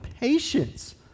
patience